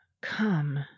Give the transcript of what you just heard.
come